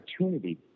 opportunity